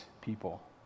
people